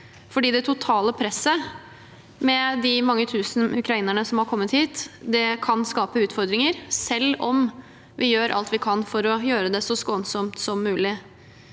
det totale presset med de mange tusen ukrainerne som har kommet hit, kan skape utfordringer, selv om vi gjør alt vi kan for å gjøre det så skånsomt som mulig.